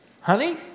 honey